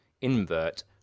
Invert